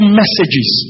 messages